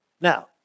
Now